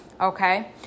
Okay